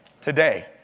today